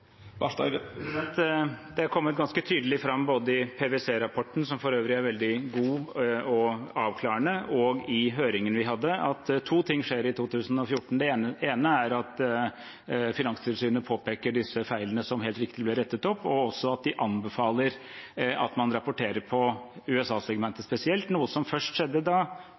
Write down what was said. Det er kommet ganske tydelig fram både i PwC-rapporten, som for øvrig er veldig god og avklarende, og i høringen vi hadde, at to ting skjer i 2014. Det ene er at Finanstilsynet påpeker disse feilene, som helt riktig ble rettet opp, og også at de anbefaler at man rapporterer på USA-segmentet spesielt, noe som først skjedde da